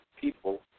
people